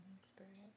experience